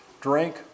drink